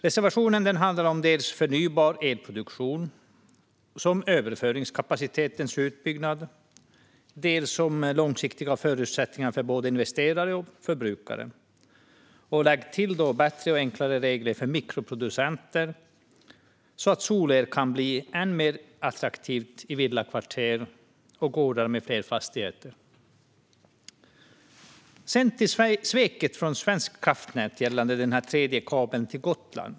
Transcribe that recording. Reservationen handlar dels om förnybar elproduktion och överföringskapacitetens utbyggnad, dels om långsiktiga förutsättningar för investerare och förbrukare. Lägg därtill bättre och enklare regler för mikroproducenter, så att solel kan bli än mer attraktivt i villakvarter och på gårdar med flera fastigheter. Sedan kommer jag till sveket från Svenska kraftnät gällande den tredje kabeln till Gotland.